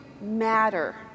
matter